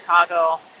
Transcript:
Chicago